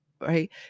Right